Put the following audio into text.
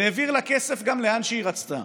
והעביר לה כסף גם לאן שהיא רצתה,